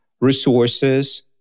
resources